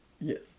yes